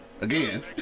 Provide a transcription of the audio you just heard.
again